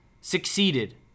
succeeded